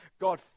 God